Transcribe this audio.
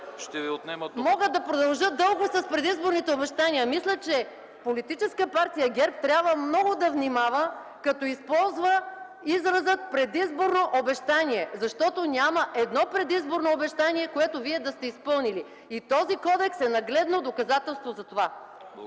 Мога да продължа дълго с предизборните обещания. Мисля, че Политическа партия ГЕРБ трябва много да внимава, като използва израза „предизборно обещание”, защото няма едно предизборно обещание, което вие да сте изпълнили. И този кодекс е нагледно доказателство за това!